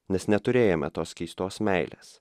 nes neturėjome tos keistos meilės